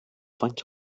faint